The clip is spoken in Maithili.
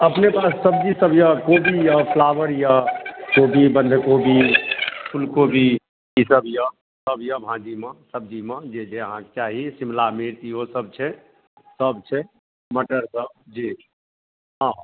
अपनेक सब्जी सभ यऽ कोबी यऽ फ्लावर यऽ कोबी बन्धकोबी फुलकोबी ई सभ यऽ भाँजीमे सब्जीमे जे जे अहाँक चाही शिमला मिर्च इहो सभ छै सभ छै मटर सभ जी हाँ